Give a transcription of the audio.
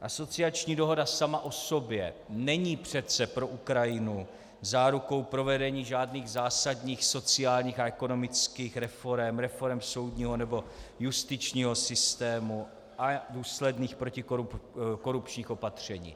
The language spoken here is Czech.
Asociační dohoda sama o sobě není přece pro Ukrajinu zárukou provedení žádných zásadních sociálních a ekonomických reforem, reforem soudního nebo justičního systému a důsledných protikorupčních opatření.